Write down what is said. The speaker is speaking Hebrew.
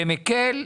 זה מקל,